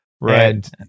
Right